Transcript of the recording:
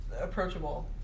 approachable